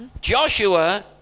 Joshua